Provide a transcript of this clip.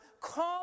call